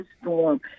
storm